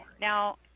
Now